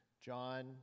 John